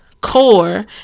core